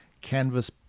canvas